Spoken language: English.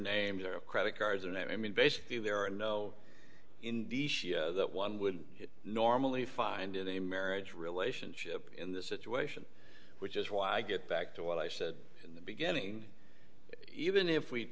their credit cards and i mean basically there are no in that one would normally find in a marriage relationship in this situation which is why i get back to what i said in the beginning even if we